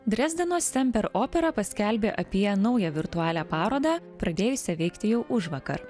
drezdeno semper opera paskelbė apie naują virtualią parodą pradėjusią veikti jau užvakar